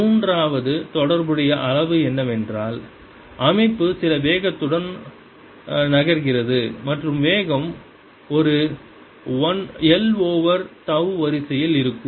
மூன்றாவது தொடர்புடைய அளவு என்னவென்றால் அமைப்பு சில வேகத்துடன் நகர்கிறது மற்றும் வேகம் ஒரு l ஓவர் தவ் வரிசையில் இருக்கும்